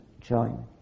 join